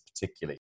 particularly